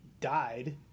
died